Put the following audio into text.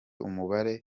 umubare